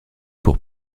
pour